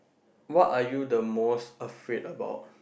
what are you the most afraid about